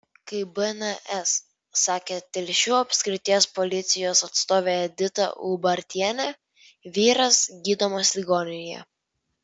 kaip bns sakė telšių apskrities policijos atstovė edita ubartienė vyras gydomas ligoninėje